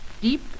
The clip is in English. deep